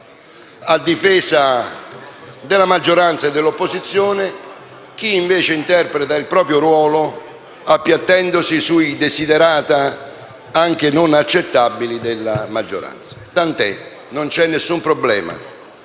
a difesa della maggioranza e dell'opposizione, chi invece interpreta il proprio ruolo appiattendosi sui *desiderata*, anche non accettabili, della maggioranza. Tant'è: non c'è alcun problema.